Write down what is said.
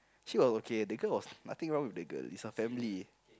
she was okay that girl was nothing wrong with the girl it's her family